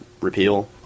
Repeal